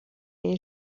این